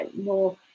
more